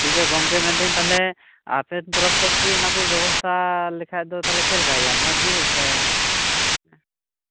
ᱴᱷᱤᱠᱜᱮᱭᱟ ᱜᱚᱝᱠᱮ ᱢᱮᱱᱫᱟᱹᱧ ᱛᱟᱞᱦᱮ ᱟᱯᱮ ᱛᱚᱨᱚᱯᱷ ᱠᱷᱚᱡ ᱜᱮ ᱚᱱᱟᱠᱚ ᱵᱮᱵᱚᱥᱛᱷᱟ ᱞᱮᱠᱷᱟᱡ ᱫᱚ ᱪᱮᱫᱞᱮᱠᱟ ᱦᱩᱭᱩᱜᱼᱟ ᱢᱚᱸᱡ ᱜᱮ ᱥᱮ